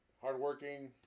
hardworking